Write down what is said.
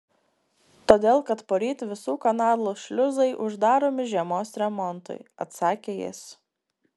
todėl kad poryt visų kanalų šliuzai uždaromi žiemos remontui atsakė jis